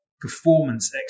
performance